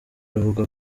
avuga